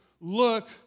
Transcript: look